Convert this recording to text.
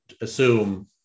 assume